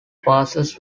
passes